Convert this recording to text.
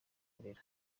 kurera